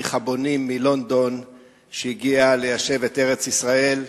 חניך "הבונים" מלונדון שהגיע ליישב את ארץ-ישראל.